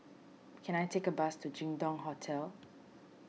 can I take a bus to Jin Dong Hotel